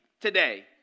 today